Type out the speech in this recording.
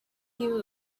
view